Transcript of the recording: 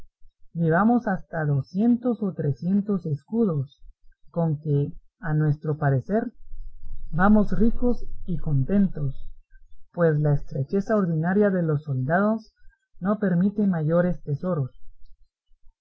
llevamos hasta docientos o trecientos escudos con que a nuestro parecer vamos ricos y contentos pues la estrecheza ordinaria de los soldados no permite mayores tesoros